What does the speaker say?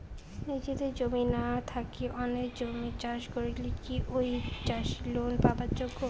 নিজের জমি না থাকি অন্যের জমিত চাষ করিলে কি ঐ চাষী লোন পাবার যোগ্য?